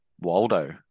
waldo